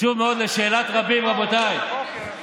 רבותיי: